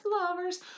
lovers